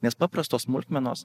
nes paprastos smulkmenos